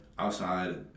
Outside